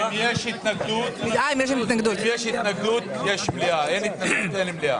אני מופיע פה לא מעט.